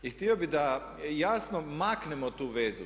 I htio bi da jasno maknemo tu vezu.